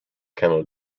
camel